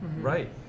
Right